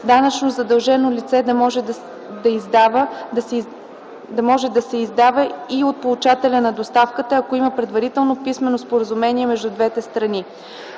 данъчно задължено лице, да може да се издава и от получателя на доставката, ако има предварително писмено споразумение между двете страни.